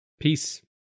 Peace